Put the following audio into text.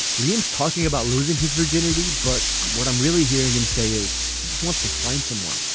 liam's talking about losing his virginity but what i'm really hearing him say is he just wants to find someone.